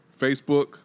Facebook